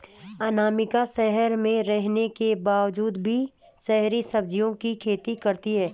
अनामिका शहर में रहने के बावजूद भी शहरी सब्जियों की खेती करती है